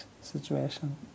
situation